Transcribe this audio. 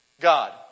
God